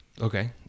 okay